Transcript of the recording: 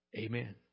Amen